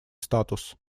статус